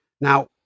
now